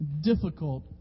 difficult